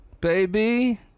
baby